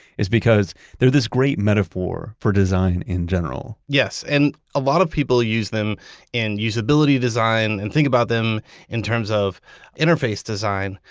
is because they're this great metaphor for design, in general. yes. and a lot of people use them in usability design. and think about them in terms of interface design,